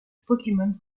pokémon